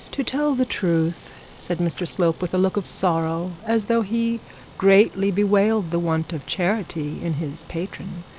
to tell the truth said mr slope, with a look of sorrow, as though he greatly bewailed the want of charity in his patron,